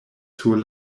sur